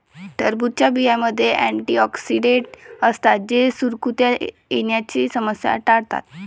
टरबूजच्या बियांमध्ये अँटिऑक्सिडेंट असतात जे सुरकुत्या येण्याची समस्या टाळतात